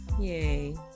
Yay